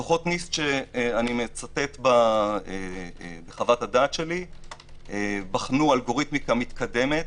דוחות nist שאני מצטט בחוות הדעת שלי בחנו אלגוריתמיקה מתקדמת